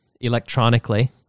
electronically